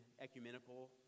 ecumenical